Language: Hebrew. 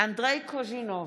אנדרי קוז'ינוב,